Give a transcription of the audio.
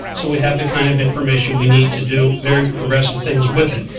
so we have the kind of information we need to do very progressive things with it.